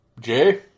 Jay